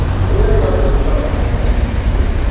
here, your dreams are about to come true.